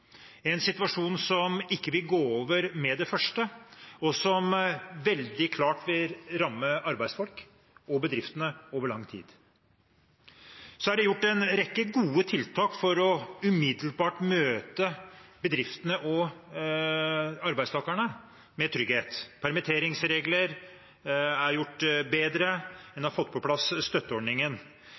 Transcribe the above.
en situasjon som ikke vil gå over med det første, og som veldig klart vil ramme arbeidsfolk og bedriftene over lang tid. Det er satt i verk en rekke gode tiltak for umiddelbart å møte bedriftene og arbeidstakerne med trygghet – permitteringsregler er gjort bedre, man har fått på plass støtteordningen.